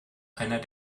einer